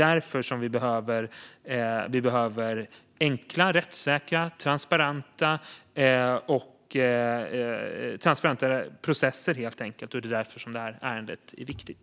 Det behövs enkla, rättssäkra och transparenta processer, och därför är detta ärende viktigt.